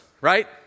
right